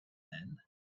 then